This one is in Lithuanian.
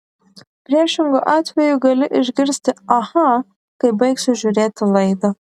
priešingu atveju gali išgirsti aha kai baigsiu žiūrėti laidą